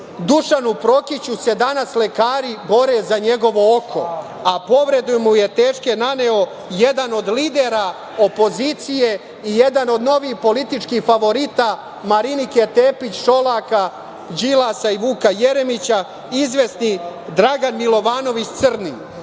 Dušanu Prokiću se danas lekari bore za njegovo oko, a povrede mu je teške naneo jedan od lidera opozicije i jedan novih političkih favorita Marinike Tepić, Šolaka, Đilasa i Vuka Jeremića, izvesni Dragan Milovanović Crni.